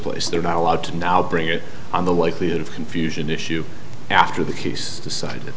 place they're not allowed to now bring it on the likelihood of confusion issue after the case decide